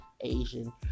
Asian